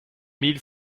mille